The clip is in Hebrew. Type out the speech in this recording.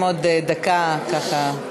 עוד דקה, ככה.